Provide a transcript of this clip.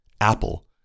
Apple